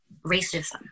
racism